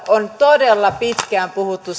on todella pitkään puhuttu